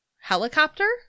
helicopter